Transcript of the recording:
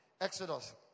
Exodus